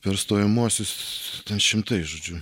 per stojamuosius šimtai žodžiu